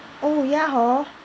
oh ya hor